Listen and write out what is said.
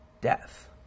Death